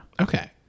okay